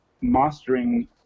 mastering